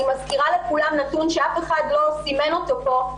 אני מזכירה לכולם נתון שאף אחד לא סימן אותו פה,